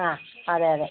ആ അതെ അതെ